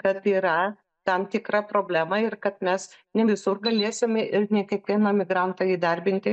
kad yra tam tikra problema ir kad mes ne visur galėsime ir ne kiekvieną emigrantą įdarbinti